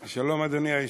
שלום, אדוני היושב-ראש,